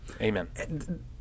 amen